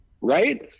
right